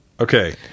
Okay